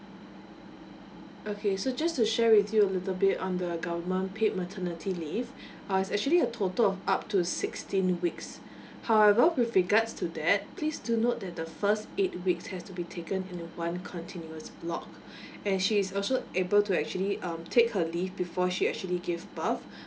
okay so just to share with you a little bit on the government paid maternity leave uh actually a total of up to sixteen weeks however with regards to that please do note that the first eight weeks has to be taken in one continuous block and she is also able to actually um take her leave before she actually give birth